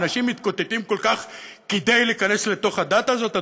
אנשים מתקוטטים כל כך כדי להיכנס לתוך הדת הזאת?